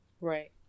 right